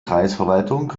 kreisverwaltung